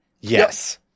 Yes